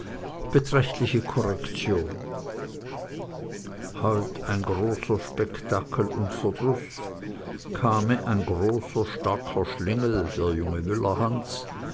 beträchtliche correction heut ein großer spectakel und verdruß kame ein großer starker schlingel der junge